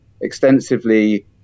extensively